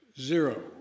Zero